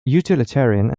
utilitarian